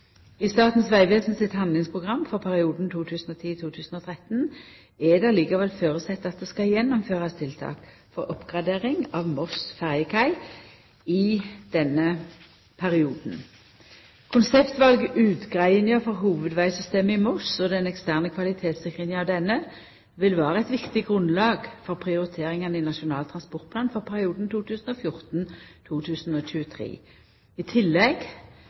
I Statens vegvesen sitt handlingsprogram for perioden 2010–2013 er det likevel føresett at det skal gjennomførast tiltak for oppgradering av Moss ferjekai i denne perioden. Konseptvalutgreiinga for hovudvegsystemet i Moss og den eksterne kvalitetssikringa av henne vil vera eit viktig grunnlag for prioriteringane i Nasjonal transportplan for perioden 2014–2023. I tillegg